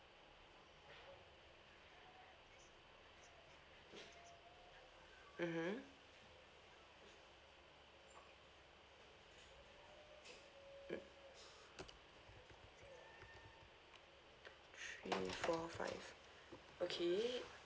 mmhmm mm three four five okay